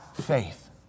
faith